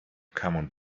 common